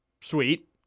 Sweet